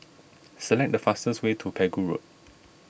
select the fastest way to Pegu Road